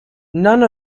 none